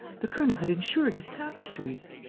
the colonel had insured his tapestries.